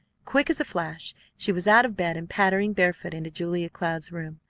quick as a flash she was out of bed and pattering barefoot into julia cloud's room.